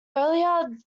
earlier